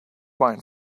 wine